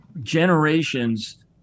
generations